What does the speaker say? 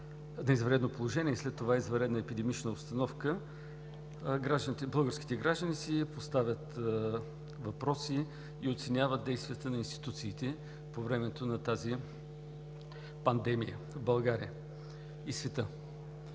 на извънредно положение и след това извънредна епидемична обстановка българските граждани си задават въпроси и оценяват действията на институциите по времето на тази пандемия в България и в света.